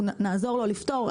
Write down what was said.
אנחנו נעזור לו לפתור,